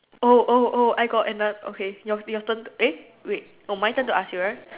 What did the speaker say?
oh oh oh I got another okay your your turn eh wait oh my turn to ask you right